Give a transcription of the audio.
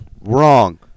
Wrong